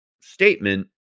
statement